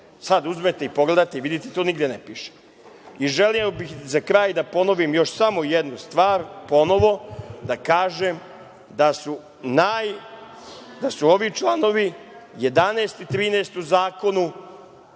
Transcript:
Sad uzmete i pogledate i vidite da to nigde ne piše. Želeo bih za kraj da ponovim još samo jednu stvar, ponovo, da kažem da su ovi članovi 11. i 13. u zakonu